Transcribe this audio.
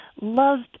loved